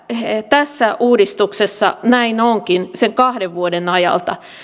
tässä uudistuksessa näin onkin sen kahden vuoden ajalta